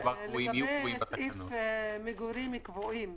לגבי סעיף מגורים קבועים,